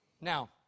Now